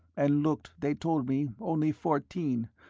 and looked, they told me, only fourteen,